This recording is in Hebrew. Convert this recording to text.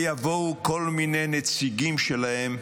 יבואו כל מיני נציגים שלהם,